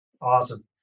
Awesome